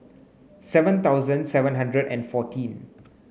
seven thousand seven hundred and fourteen